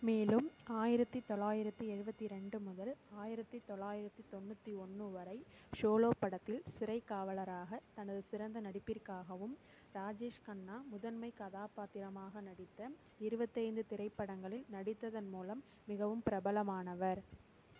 மேலும் ஆயிரத்தி தொள்ளாயிரத்தி எழுபத்தி ரெண்டு முதல் ஆயிரத்தி தொள்ளாயிரத்தி தொண்ணூற்றி ஒன்று வரை ஷோலோ படத்தில் சிறைகாவலராக தனது சிறந்த நடிப்பிற்காகவும் ராஜேஷ் கண்ணா முதன்மை கதாபாத்திரமாக நடித்த இருபத்தி ஐந்து திரைப்படங்களில் நடித்ததன் மூலம் மிகவும் பிரபலமானவர்